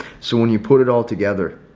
so when you put it all together,